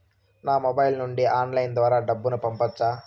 నా మొబైల్ నుండి ఆన్లైన్ ద్వారా డబ్బును పంపొచ్చా